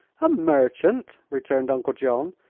a merchant? returned uncle john,